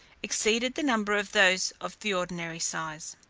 exceeded the number of those of the ordinary size.